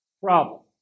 problem